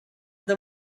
with